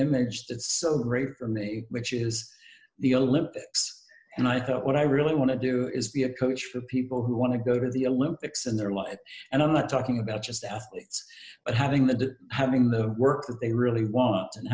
image that some great for me which is the olympics and i thought what i really want to do is be a coach for people who want to go to the olympics in their life and i'm not talking about just athletes but having the having the work that they really want and